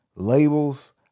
Labels